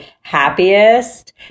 happiest